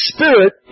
Spirit